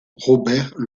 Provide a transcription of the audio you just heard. robert